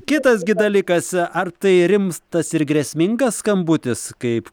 kitas gi dalykas ar tai rimtas ir grėsmingas skambutis kaip